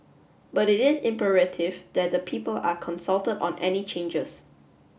but it is imperative that the people are consulted on any changes